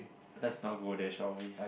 let's not go there shall we